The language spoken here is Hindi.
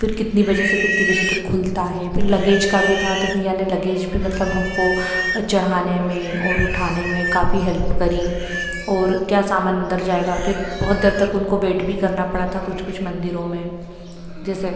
फिर कितनी बजे से कितने बजे तक खुलता है फिर लगेज का भी था तो भइया ने लगेज भी मतलब हमको चढ़ाने में और उठाने में काफ़ी हेल्प करी और क्या सामान अंदर जाएगा फिर बहुत देर तक उनको वेट भी करना पड़ा था कुछ कुछ मंदिरों में जैसे